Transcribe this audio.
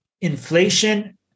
inflation